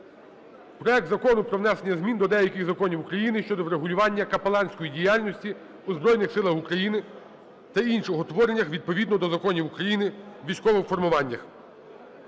проект Закону про внесення змін до деяких законів України щодо врегулювання капеланської діяльності у Збройних Силах України та інших утворених відповідно до законів України військових формуваннях.